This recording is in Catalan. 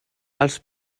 els